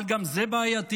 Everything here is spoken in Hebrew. אבל גם זה בעייתי,